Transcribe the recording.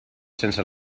sense